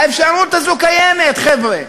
האפשרות הזאת קיימת, חבר'ה.